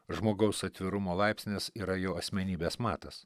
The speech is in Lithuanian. žmogaus atvirumo laipsnis yra jo asmenybės matas